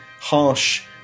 harsh